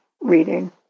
reading